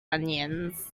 onions